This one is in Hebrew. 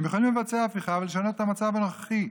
יכולים לבצע הפיכה ולשנות את המצב הנוכחי.